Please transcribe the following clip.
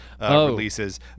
releases